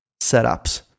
setups